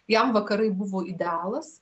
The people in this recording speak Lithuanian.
jam vakarai buvo idealas